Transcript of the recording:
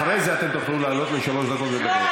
אחרי זה תוכלו לעלות לשלוש דקות לדבר.